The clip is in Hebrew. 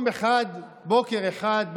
בוקר אחד,